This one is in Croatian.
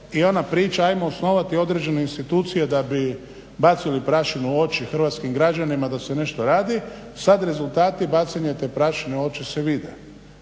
i ona priča ajmo osnovati određene institucije da bi bacali prašinu u oči hrvatskim građanima da se nešto radi, sada rezultati bacanja te prašine … vide.